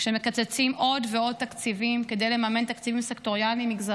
כשמקצצים עוד ועוד תקציבים כדי לממן תקציבים סקטוריאליים-מגזריים,